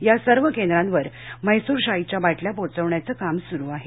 या सर्व केंद्रावर म्हैसूर शाईच्या बाटल्या पोहोचविण्याचं काम सुरु आहे